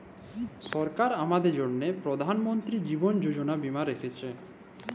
সরকার আমাদের জ্যনহে পরধাল মলতিরি জীবল যোজলা বীমা রাখ্যেছে